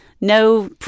no